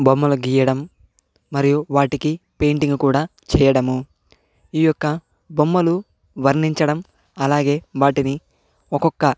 బొమ్మలు గీయడం మరియు వాటికి పెయింటింగ్ కూడా చేయడము ఈ యొక్క బొమ్మలు వర్ణించడం అలాగే వాటిని ఒక్కొక్క